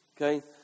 okay